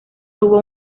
tuvo